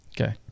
Okay